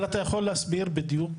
אבל אתה יכול להסביר בדיוק?